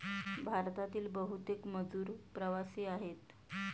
भारतातील बहुतेक मजूर प्रवासी आहेत